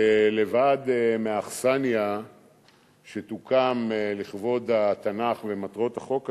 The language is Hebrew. שלבד מאכסניה שתוקם לכבוד התנ"ך ומטרות החוק הזה,